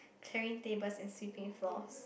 clearing tables and sweeping floors